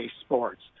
sports